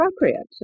appropriate